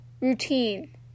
Routine